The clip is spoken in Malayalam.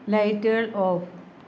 ലൈറ്റുകൾ ഓഫ്